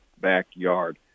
backyard